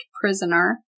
prisoner